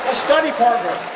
study partner,